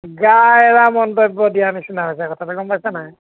গা এৰা মন্তব্য দিয়া নিচিনা হৈছে কথাতে গম পাইছা নাই